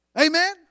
Amen